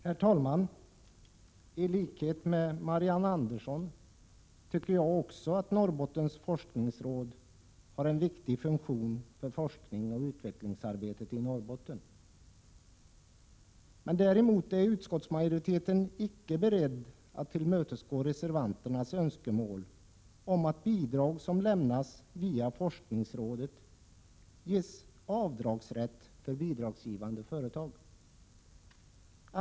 Herr talman! I likhet med Marianne Andersson tycker jag att Norrbottens forskningsråd har en viktig funktion för forskningsoch utvecklingsarbetet i Norrbotten. Däremot är utskottsmajoriteten icke beredd att tillmötesgå reservanternas önskemål om att bidragsgivande företag ges avdragsrätt för bidrag som lämnas via forskningsrådet.